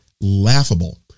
laughable